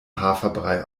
haferbrei